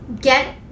Get